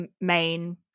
main